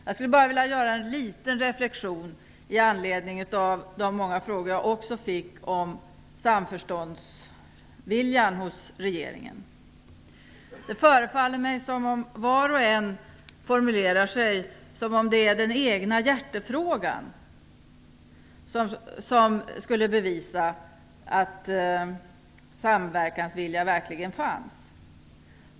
Jag skulle i dag bara vilja göra en liten reflexion med anledning av de många frågor jag fick om regeringens vilja till samförstånd. Det förefaller mig som om det för var och en av talarna är regeringens vilja till samförstånd i talarens egen hjärtefråga som skall bevisa vi verkligen har en vilja till samverkan.